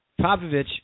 Popovich